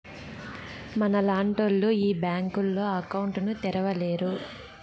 మనలాంటోళ్లు ఈ బ్యాంకులో అకౌంట్ ను తెరవలేరు